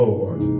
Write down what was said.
Lord